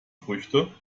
früchte